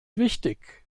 wichtig